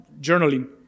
journaling